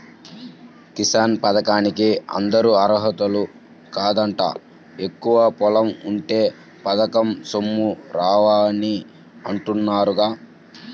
కిసాన్ పథకానికి అందరూ అర్హులు కాదంట, ఎక్కువ పొలం ఉంటే పథకం సొమ్ములు రావని అంటున్నారుగా